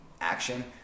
action